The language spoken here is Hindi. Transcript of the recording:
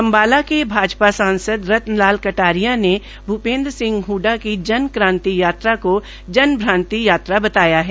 अम्बाला के भाजपा सांसद रतन लाल कटारिया ने भूपेन्द्र सिंह हडडा की जन क्रांति यात्रा को जन भ्रांति यात्रा बताया है